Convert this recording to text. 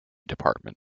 department